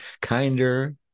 kinder